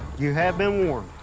you have been warned.